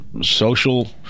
social